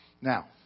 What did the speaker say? Now